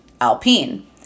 Alpine